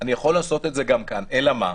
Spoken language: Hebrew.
אני יכול לעשות את זה גם כאן, אלא מה?